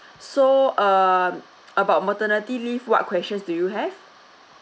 so uh about maternity leave what questions do you have